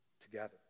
together